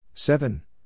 Seven